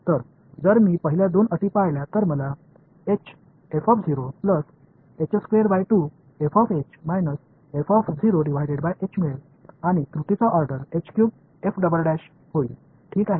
तर जर मी पहिल्या दोन अटी पाळल्या तर मला मिळेल आणि त्रुटीचा ऑर्डर होईल ठीक आहे